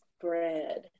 bread